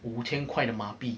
五千块的马币